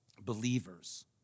believers